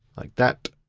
like that.